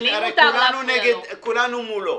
הרי כולנו נגד, כולנו מולו.